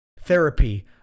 therapy